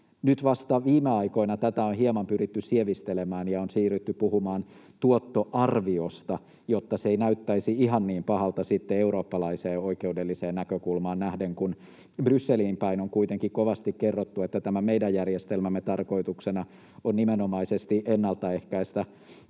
Nyt vasta viime aikoina tätä on hieman pyritty sievistelemään ja on siirrytty puhumaan tuottoarviosta, jotta se ei näyttäisi ihan niin pahalta eurooppalaiseen oikeudelliseen näkökulmaan nähden, kun Brysseliin päin on kuitenkin kovasti kerrottu, että tämän meidän järjestelmämme tarkoituksena on nimenomaisesti ennaltaehkäistä